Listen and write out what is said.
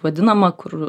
vadinamą kur